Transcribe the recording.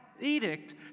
Edict